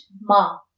Ma